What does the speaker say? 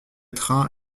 train